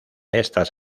estas